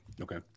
Okay